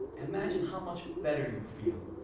imagine how much better you'll feel,